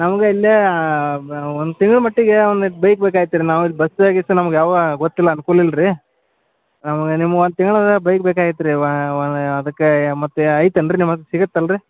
ನಮ್ಗೆ ಇಲ್ಲಿ ಒಂದು ತಿಳಿದ ಮಟ್ಟಿಗೆ ಒಂದು ಬೈಕ್ ಬೇಕಾಗಿತ್ತು ರೀ ನಾವಿಲ್ಲಿ ಬಸ್ಸ ಗಿಸ್ಸ ನಮ್ಗೆ ಯಾವ ಗೊತ್ತಿಲ್ಲ ಅನುಕೂಲ ಇಲ್ಲ ರೀ ನಮಗ ನಿಮ್ಮ ಒಂದು ತಿಂಗ್ಳಗೆ ಬೈಕ್ ಬೇಕಾಗಿತ್ತು ರೀ ಅದಕ್ಕೆ ಮತ್ತು ಐತೇನು ರೀ ನಿಮ್ಮ ಹತ್ರ ಸಿಗತ್ತಲ್ಲ ರೀ